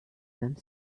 beim